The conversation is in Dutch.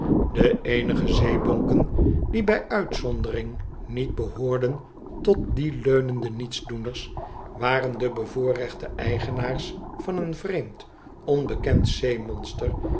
de eenige zeebonken die bij uitzondering niet behoorden tot die leunende nietsdoeners waren de bevoorrechtte eigenaars van een vreemd onbekend